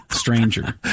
Stranger